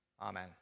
Amen